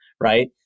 right